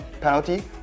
penalty